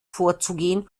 vorzugehen